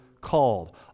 called